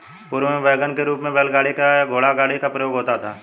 पूर्व में वैगन के रूप में बैलगाड़ी या घोड़ागाड़ी का प्रयोग होता था